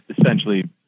essentially